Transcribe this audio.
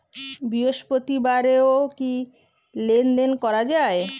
বৃহস্পতিবারেও কি লেনদেন করা যায়?